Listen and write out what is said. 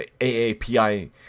AAPI